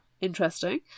interesting